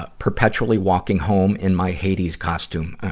ah perputually walking home in my hades costume.